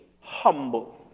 humble